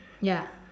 ya